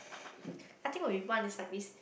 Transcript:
I think when we warn the cyclist